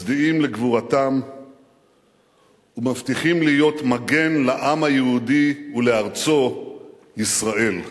מצדיעים לגבורתם ומבטיחים להיות מגן לעם היהודי ולארצו ישראל.